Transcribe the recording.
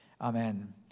Amen